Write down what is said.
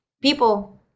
people